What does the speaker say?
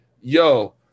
yo